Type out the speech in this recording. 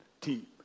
team